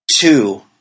Two